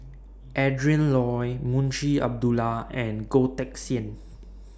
Adrin Loi Munshi Abdullah and Goh Teck Sian